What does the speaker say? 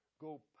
go